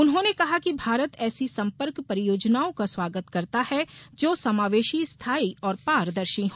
उन्होंने कहा कि भारत ऐसी संपर्क परियोजनाओं का स्वागत करता है जो समावेशी स्थाई और पारदर्शी हो